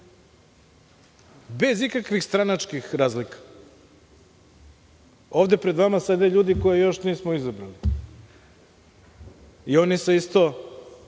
bez ikakvih stranačkih razlika. Ovde pred vama sede ljudi koje još nismo izabrali i oni se isto